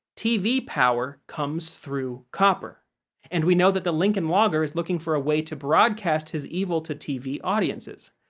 tv power comes through copper and we know that the lincoln logger is looking for a way to broadcast his evil to tv audiences.